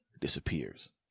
disappears